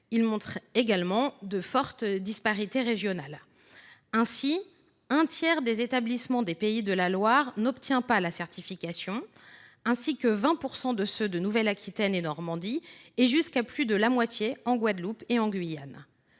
Ils témoignent également de fortes disparités régionales. Ainsi, un tiers des établissements des Pays de la Loire n’obtiennent pas la certification, ainsi que 20 % de ceux de Nouvelle Aquitaine et de Normandie, et jusqu’à plus de la moitié des établissements de